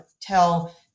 tell